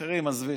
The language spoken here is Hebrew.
אחרים, עזבי,